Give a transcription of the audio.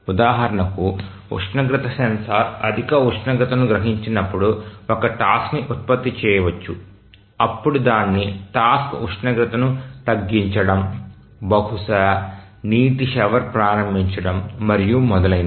ఉదాహరణకు ఉష్ణోగ్రత సెన్సార్ అధిక ఉష్ణోగ్రతను గ్రహించినప్పుడు ఒక టాస్క్ని ఉత్పత్తి చేయవచ్చు అప్పుడు దాని టాస్క్ ఉష్ణోగ్రతను తగ్గించడం బహుశా నీటి షవర్ ప్రారంభించడం మరియు మొదలైనవి